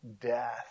death